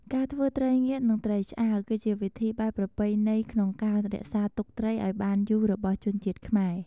ការធ្វើត្រីងៀត និងត្រីឆ្អើរ គឺជាវិធីបែបប្រពៃណីក្នុងការរក្សាទុកត្រីឱ្យបានយូររបស់ជនជាតិខ្មែរ។